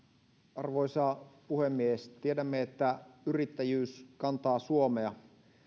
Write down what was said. arvoisa puhemies tiedämme että yrittäjyys kantaa suomea